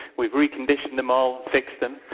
we reconditioned them all, fixed them.